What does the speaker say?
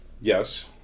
Yes